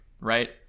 right